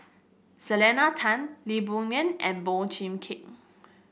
Selena Tan Lee Boon Ngan and Boey Cheng Kim